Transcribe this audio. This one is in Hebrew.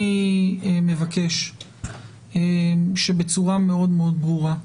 אני מבקש שבצורה מאוד מאוד ברורה,